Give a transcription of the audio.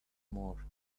mark